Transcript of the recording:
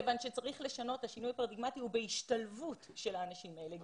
כיוון שצריך לשנות את השינוי הפרדיגמטי והוא בהשתלבות של האנשים האלה.